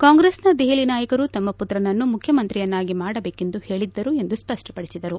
ಕಾಂಗ್ರೆಸ್ನ ದೆಪಲಿ ನಾಯಕರು ತಮ್ಮ ಪುತ್ರನನ್ನು ಮುಖ್ತಮಂತ್ರಿಯನ್ನಾಗಿ ಮಾಡಬೇಕೆಂದು ಹೇಳಿದ್ದರು ಎಂದು ಸ್ಪಷ್ಟ ಪಡಿಸಿದರು